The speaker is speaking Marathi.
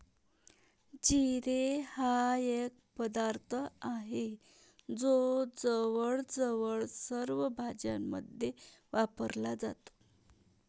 जिरे हा एक पदार्थ आहे जो जवळजवळ सर्व भाज्यांमध्ये वापरला जातो